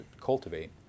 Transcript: cultivate